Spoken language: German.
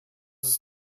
ist